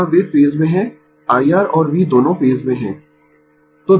यहां वे फेज में है IR और V दोनों फेज में है